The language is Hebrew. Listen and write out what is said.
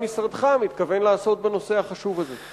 משרדך מתכוון לעשות בנושא החשוב הזה.